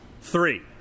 Three